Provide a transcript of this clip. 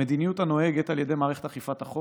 המדיניות הנוהגת על ידי מערכת אכיפת החוק